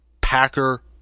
Packer